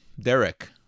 Derek